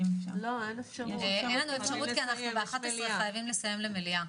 אין אפשרות כי ב-11:00 אנחנו חייבים לסיים בגלל המליאה.